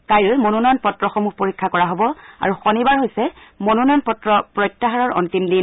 কাইলৈ মনোনয়ন পত্ৰসমূহ পৰীক্ষা কৰা হ'ব আৰু শনিবাৰ হৈছে মনোনয়ন পত্ৰ প্ৰত্যাহাৰৰ অন্তিম দিন